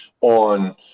on –